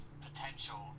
potential